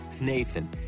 Nathan